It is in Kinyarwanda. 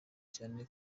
cyane